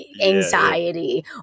anxiety